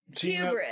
Hubris